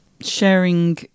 sharing